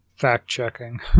fact-checking